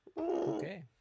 okay